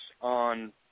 on